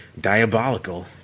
diabolical